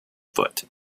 foot